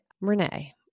Renee